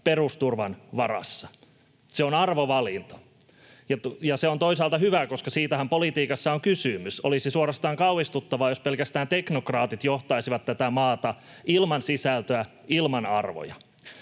perusturvan varassa. Se on arvovalinta. Ja se on toisaalta hyvä, koska siitähän politiikassa on kysymys. Olisi suorastaan kauhistuttavaa, jos pelkästään teknokraatit johtaisivat tätä maata ilman sisältöä, ilman arvoja.